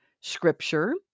scripture